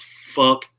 fuck